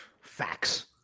Facts